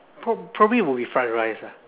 prob~ probably will be fried rice lah